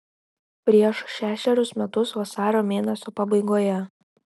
prieš šešerius metus vasario mėnesio pabaigoje